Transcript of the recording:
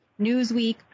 Newsweek